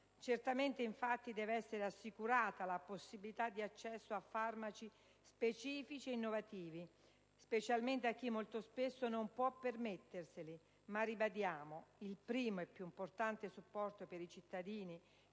Certamente deve essere assicurata la possibilità di accesso a farmaci specifici e innovativi, specialmente a chi molto spesso non può permetterseli, ma ribadiamo: il primo e più importante supporto per i cittadini